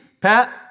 Pat